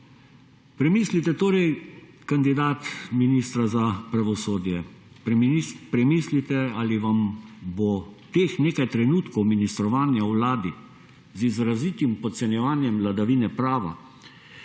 Premislite torej, kandidat ministra za pravosodje, premislite, ali vam bo teh nekaj trenutkov ministrovanja v Vladi, z izrazitim podcenjevanjem vladavine prava,